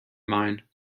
mind